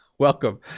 welcome